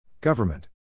Government